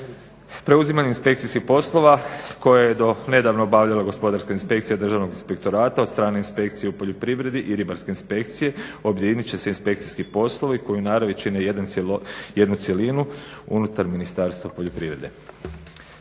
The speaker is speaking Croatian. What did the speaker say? Preuzimanjem inspekcijskih poslova koje je do nedavno obavljala Gospodarska inspekcija Državnog inspektorata od strane inspekcije u poljoprivredi i Ribarske inspekcije, objedinit će se inspekcijski poslovi koji u naravi čine jednu cjelinu unutar Ministarstva poljoprivrede.